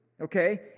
okay